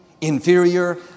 inferior